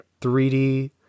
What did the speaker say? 3D